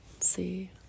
see